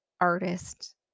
artist